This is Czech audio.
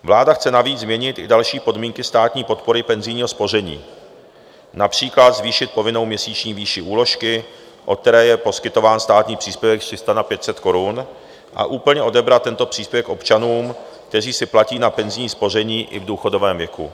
Vláda chce navíc změnit i další podmínky státní podpory penzijního spoření, například zvýšit povinnou měsíční výši úložky, od které je poskytován státní příspěvek, z 300 na 500 korun a úplně odebrat tento příspěvek občanům, kteří si platí na penzijní spoření i v důchodovém věku.